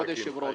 כבוד היושב-ראש,